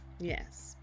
yes